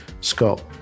Scott